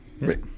Right